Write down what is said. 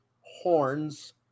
horns